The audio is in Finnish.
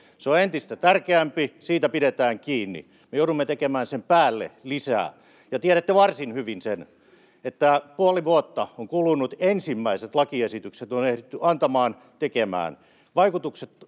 Se on entistä tärkeämpi, siitä pidetään kiinni. Me joudumme tekemään sen päälle lisää, ja tiedätte varsin hyvin sen, että puoli vuotta on kulunut, ensimmäiset lakiesitykset on ehditty antamaan, tekemään